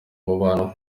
umubano